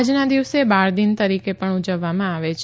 આજના દિવસને બાળદિન તરીકે પણ ઉજવવામાં આવે છે